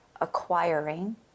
acquiring